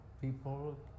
people